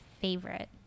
favorite